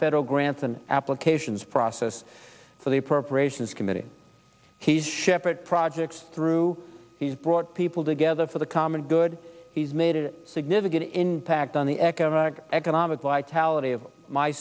federal grants and applications process for the appropriations committee he's shepherd projects through he's brought people together for the common good he's made a significant impact on the economic economic vitality of my